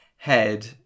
Head